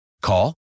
Call